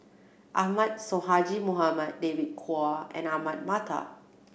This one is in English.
Ahmad Sonhadji Mohamad David Kwo and Ahmad Mattar